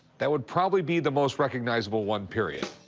that would probably be the most recognizable one, period.